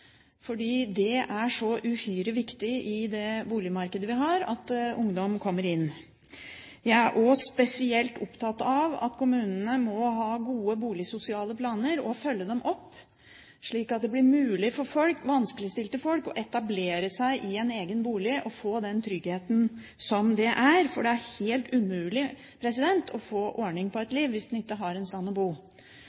det er så uhyre viktig i det boligmarkedet vi har, at ungdom kommer inn. Jeg er også spesielt opptatt av at kommunene må ha gode boligsosiale planer og følge dem opp, slik at det blir mulig for vanskeligstilte å etablere seg i en egen bolig og få den tryggheten det er, for det er helt umulig å få orden på et